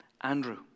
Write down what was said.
Andrew